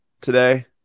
today